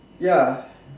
ya